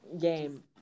game –